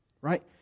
right